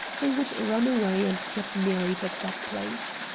they would run away and get married at that place.